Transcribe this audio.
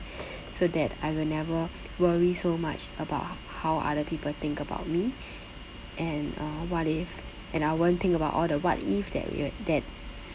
so that I will never worry so much about how other people think about me and uh what if and I won't think about all the what if that will that